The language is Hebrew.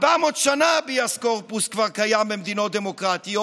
400 שנה הביאס קורפוס כבר קיים במדינות דמוקרטיות,